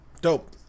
dope